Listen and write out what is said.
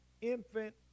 infant